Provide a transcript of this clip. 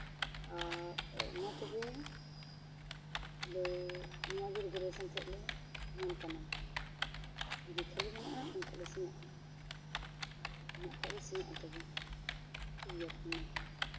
ᱟᱨ ᱢᱟ ᱛᱚᱵᱮ ᱱᱚᱣᱟᱜᱮ ᱨᱤᱡᱟᱨᱵᱷᱮᱥᱮᱱ ᱛᱟᱦᱮᱸᱫ ᱞᱮ ᱧᱟᱢ ᱠᱟᱱᱟ ᱡᱩᱫᱤ ᱠᱷᱟᱹᱞᱤ ᱢᱮᱱᱟᱜᱼᱟ ᱮᱱᱠᱷᱟᱡ ᱞᱮ ᱥᱮᱱᱚᱜᱼᱟ ᱢᱮᱱᱟᱜ ᱠᱷᱟᱡ ᱞᱮ ᱥᱮᱱᱚᱜᱼᱟ ᱛᱚᱵᱮ ᱴᱷᱤᱠ ᱜᱮᱭᱟ ᱛᱚᱵᱮ ᱢᱟ